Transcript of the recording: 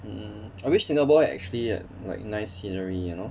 mm I wish singapore actually had like nice scenery you know